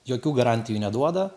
jokių garantijų neduoda